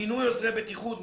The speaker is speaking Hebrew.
מינוי עוזרי בטיחות,